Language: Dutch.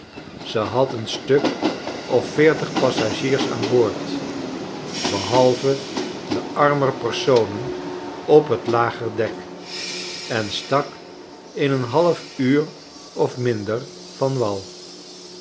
ze had een stuk of veertig passagiers aan boord behalve de armer personen op t lager dek en stak in een half uur of minder van wal